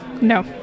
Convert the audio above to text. No